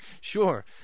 sure